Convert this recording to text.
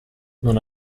non